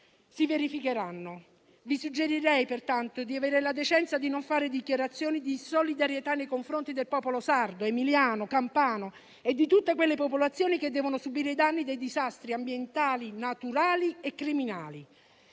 si verificheranno. Vi suggerirei, pertanto, di avere la decenza di non fare dichiarazioni di solidarietà nei confronti del popolo sardo, emiliano, campano e di tutte quelle popolazioni che devono subire i danni dei disastri ambientali, naturali e criminali.